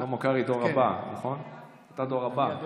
שלמה קרעי הדור הבא, נכון?